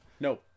no